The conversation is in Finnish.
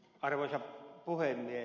arvoisa puhemies